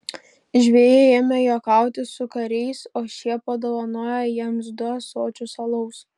žvejai ėmė juokauti su kariais o šie padovanojo jiems du ąsočius alaus